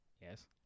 Yes